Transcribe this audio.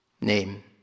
name